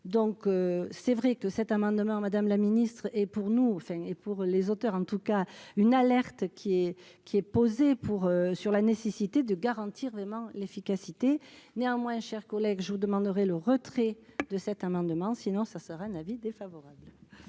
Donc c'est vrai que cet amendement. Madame la ministre et pour nous enfin et pour les auteurs en tout cas une alerte qui est qui est posée pour sur la nécessité de garantir vraiment l'efficacité. Néanmoins, chers collègues, je vous demanderai le retrait de cet amendement. Sinon ça serait un avis défavorable.